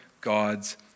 God's